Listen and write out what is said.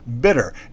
bitter